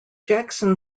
jackson